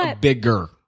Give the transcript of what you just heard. Bigger